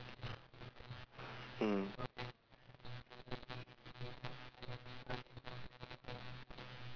mm